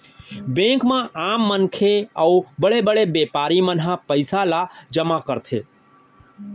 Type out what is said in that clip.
bank म आम मनखे अउ बड़े बड़े बेपारी मन ह पइसा ल जमा करथे